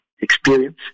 experience